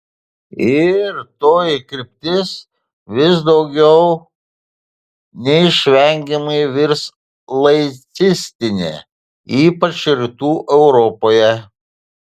ir toji kryptis vis daugiau neišvengiamai virs laicistine ypač rytų europoje